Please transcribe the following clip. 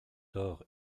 thor